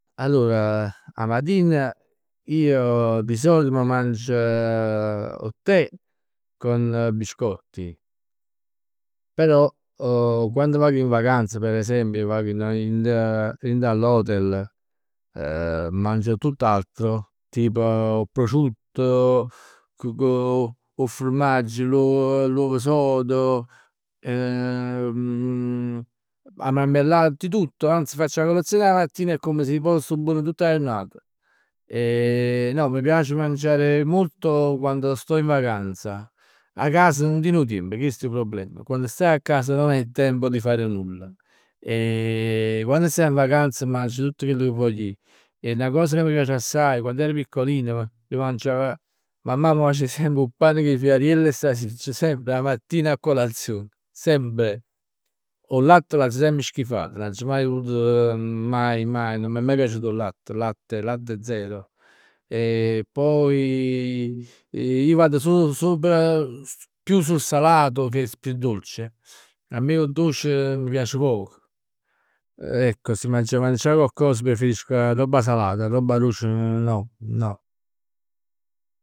Allor 'a matin, io di solito, m' mangio 'o the, con biscotti. Però quando vago in vacanza per esempio, vag dint dint 'a l'hotel, mangio tutt'altro. Tipo 'o prosciutto, cu 'o furmagg, l'uovo l'uovo sodo, 'a marmellat, di tutto. Anzi faccio 'a colazione la mattina, è come si pò sto buon tutt 'a jurnat. No mi piace mangiare molto quando sto in vacanza, 'a casa nun tien 'o tiemp chest è 'o problem. Quando stai a casa non hai il tempo di fare nulla. Quando stai in vacanza mangi tutt chell che vogl ij. E 'na cosa ca m' piace assaje 'e quann er piccolin. Ij mangiav, mammà m' facev semp 'o pane cu 'e friariell e sasicc, semp, 'a mattina a colazion. Sempre. 'O latte l'aggio semp schifat, nun aggio mai vulut, mai mai, nun m'è mai piaciuto 'o latte, latte, latte zero. E poi ij vado sopr sopra, più sul salato che più dolce. A me 'o doce mi piace poc, ecco. Si m'aggia mangià coccos preferisco 'a robb salata, 'a robb doce no, no.